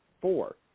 Four